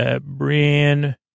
Brian